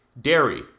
Dairy